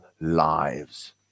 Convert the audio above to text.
lives